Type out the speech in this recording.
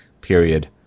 period